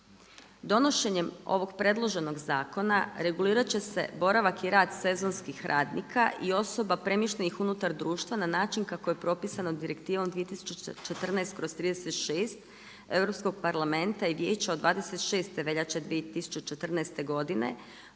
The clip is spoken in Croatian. Donošenjem ovog predloženog zakona, regulirat će se boravak i rad sezonskih radnika i osoba premještenih unutar društva na način kako je propisano Direktivom 2014/36 Europskog parlamenta i Vijeća od 26. veljače 2014. godine,